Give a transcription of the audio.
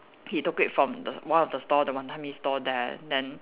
he took it from the one of the stall the wanton-mee stall there then